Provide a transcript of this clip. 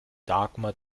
dagmar